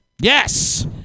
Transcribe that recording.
Yes